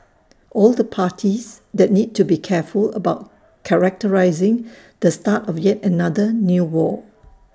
all the parties that need to be careful about characterising the start of yet another new war